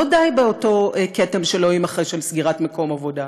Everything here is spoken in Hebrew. לא די באותו כתם שלא יימחה של סגירת מקום עבודה.